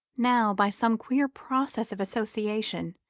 now, by some queer process of association,